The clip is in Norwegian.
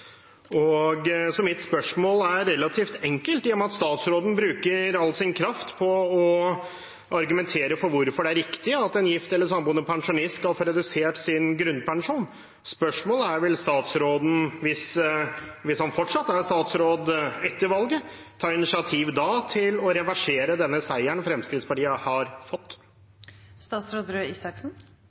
Så mitt spørsmål er relativt enkelt, i og med at statsråden bruker all sin kraft på å argumentere for hvorfor det er riktig at en gift eller samboende pensjonist skal få redusert sin grunnpensjon: Vil statsråden, hvis han fortsatt er statsråd etter valget, ta initiativ da til å reversere den seieren Fremskrittspartiet har